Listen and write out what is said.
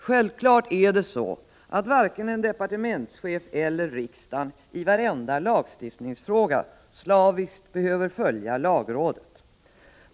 Självfallet behöver varken en departementschef eller riksdagen slaviskt följa lagrådet i varje lagstiftningsfråga.